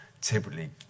typically